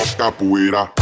capoeira